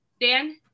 Dan